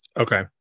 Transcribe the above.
Okay